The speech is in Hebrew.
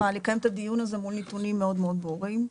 לקיים את הדיון הזה מול נתונים מאוד ברורים.